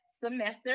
semester